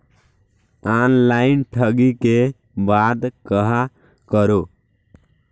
Online ठगी के बाद कहां करों?